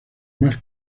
más